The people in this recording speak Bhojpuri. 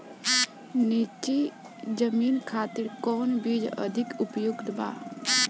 नीची जमीन खातिर कौन बीज अधिक उपयुक्त बा?